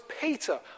Peter